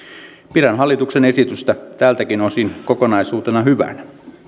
pidän hallituksen esitystä tältäkin osin kokonaisuutena hyvänä